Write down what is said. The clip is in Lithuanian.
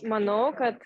manau kad